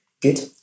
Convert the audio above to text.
good